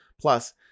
Plus